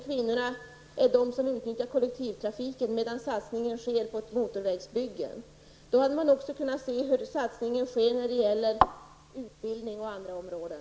Kvinnorna är ju de som utnyttjar kollektivtrafiken, medan satsningen sker på motorvägsbyggen. Man hade även kunnat se hur satsningar sker när det gäller utbildning och andra områden.